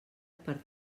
per